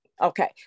okay